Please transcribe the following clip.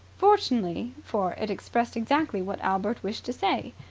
fortunately, for it expressed exactly what albert wished to say.